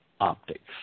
optics